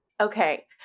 Okay